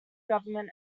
government